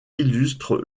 illustre